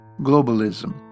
Globalism